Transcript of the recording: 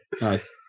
Nice